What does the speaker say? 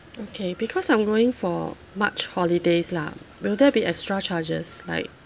okay because I'm going for march holidays lah will there be extra charges like